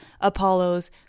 Apollo's